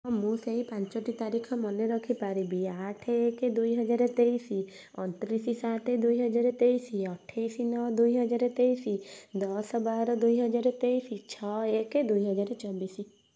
ମୁଁ ସେଇ ପାଞ୍ଚଟି ତାରିଖ ମନେରଖି ପାରିବି ଆଠ ଏକ ଦୁଇ ହଜାର ତେଇଶି ଅଣତିରିଶି ସାତ ଦୁଇ ହଜାର ତେଇଶି ଅଠାଇଶି ନଅ ଦୁଇ ହଜାର ତେଇଶି ଦଶ ବାର ଦୁଇ ହଜାର ତେଇଶି ଛଅ ଏକେ ଦୁଇ ହଜାର ଚବିଶି